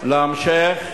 להמשך